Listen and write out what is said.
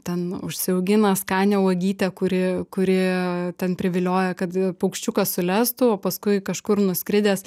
ten užsiaugina skanią uogytę kuri kuri ten privilioja kad paukščiukas sulestų o paskui kažkur nuskridęs